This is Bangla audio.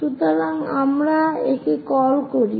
আসুন আমরা একে কল করি